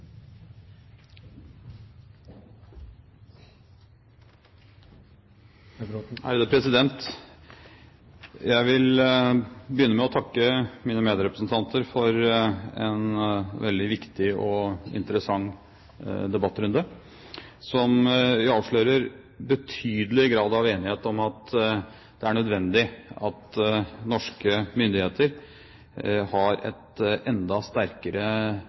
forsvarlig måte. Jeg vil begynne med å takke mine medrepresentanter for en veldig viktig og interessant debattrunde, som avslører betydelig grad av enighet om at det er nødvendig at norske myndigheter har et enda sterkere